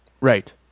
Right